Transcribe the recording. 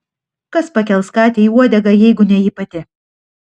kas pakels katei uodegą jeigu ne ji pati